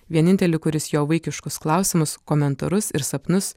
vienintelį kuris jo vaikiškus klausimus komentarus ir sapnus